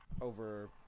over